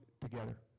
together